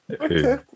Okay